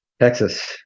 Texas